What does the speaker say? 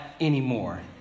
Anymore